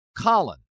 Colin